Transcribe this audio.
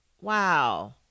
Wow